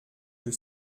que